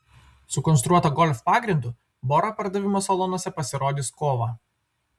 sukonstruota golf pagrindu bora pardavimo salonuose pasirodys kovą